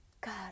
God